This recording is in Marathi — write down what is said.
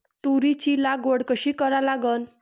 तुरीची लागवड कशी करा लागन?